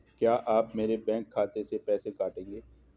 क्या आप मेरे बैंक खाते से पैसे काटेंगे?